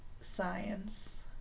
science